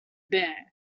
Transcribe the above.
bear